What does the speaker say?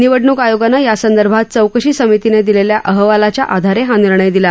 निवडणूक आयोगानं यासंदर्भात चौकशी समितीने दिलेल्या अहवालाच्या आधारे हा निर्णय दिला